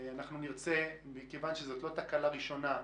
אנחנו נרצה מכיוון שזאת לא תקלה ראשונה,